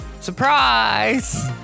Surprise